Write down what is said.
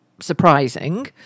surprising